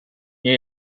nie